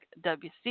WC